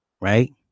Right